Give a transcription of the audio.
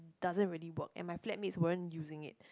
doesn't really work and my flatmates weren't using it